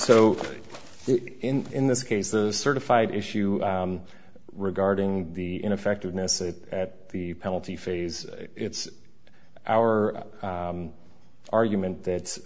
so in this case the certified issue regarding the ineffectiveness it at the penalty phase it's our argument that